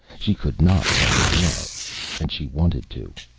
she could not fall in love and she wanted to.